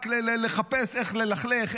רק לחפש איך ללכלך,